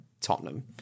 Tottenham